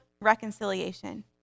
reconciliation